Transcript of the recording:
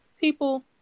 people